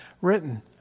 written